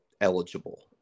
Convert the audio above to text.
eligible